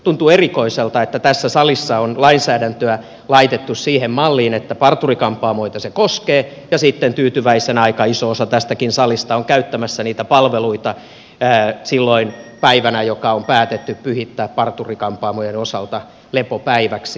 tuntuu erikoiselta että tässä salissa on lainsäädäntöä laitettu siihen malliin että parturi kampaamoita se koskee ja sitten tyytyväisenä aika iso osa tästäkin salista on käyttämässä niitä palveluita päivänä joka on päätetty pyhittää parturi kampaamojen osalta lepopäiväksi